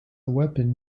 weapon